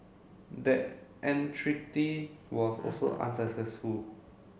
that entreaty was also unsuccessful